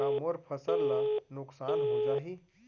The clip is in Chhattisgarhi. का मोर फसल ल नुकसान हो जाही?